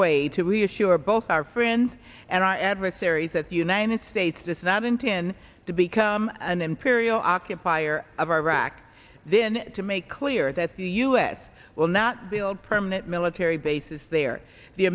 way to reassure both our friends and our adversaries that the united states does not intend to become an imperial occupier of iraq then to make clear that the us will not build permanent military bases there the